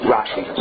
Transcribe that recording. Rashi